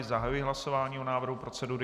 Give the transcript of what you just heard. Zahajuji hlasování o návrhu procedury.